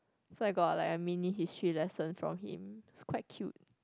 so I got like a mini history lesson from him it's quite cute